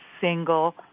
single